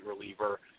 reliever